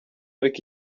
ariko